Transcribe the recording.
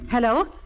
Hello